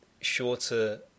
shorter